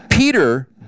Peter